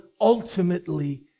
ultimately